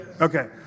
Okay